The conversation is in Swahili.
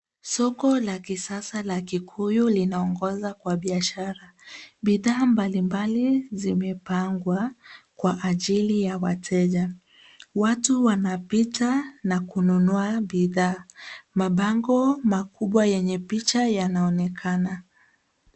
Soko la kisasa la kikuyu linaongoza kwa biashara. Bidhaa mbali mbali zimepangwa kwa ajili ya wateja. Watu wanapita na kununua bidhaa. Mabango makubwa yenye picha yanaonekana.